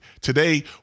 Today